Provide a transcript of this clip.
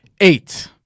Eight